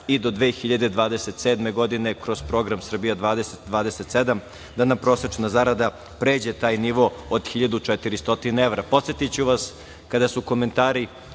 i do 2027. godine kroz program „Srbija 2027“ da nam prosečna zarada pređe taj nivo od 1.400 evra. Podsetiću vas, kada su komentari